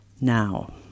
now